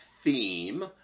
theme